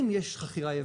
אם יש חכירה יבשה,